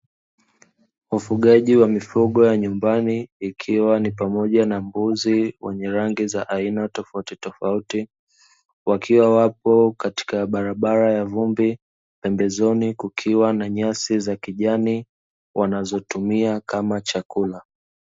Ufugaji wa mifugo ya nyumbani ikiwa na pamoja na mbuzi wenye rangi za aina tofautitofauti, wakiwa wapo katika barabara ya vumbi pembezoni kukiwa na nyasi za kijani wanazotumia kama chakula.